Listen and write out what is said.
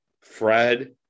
Fred